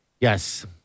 Yes